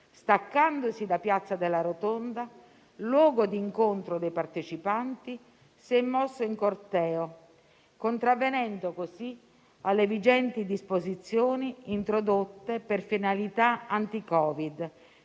staccandosi da piazza della Rotonda, luogo d'incontro dei partecipanti, si è mosso in corteo, contravvenendo così alle vigenti disposizioni introdotte per finalità anti-Covid,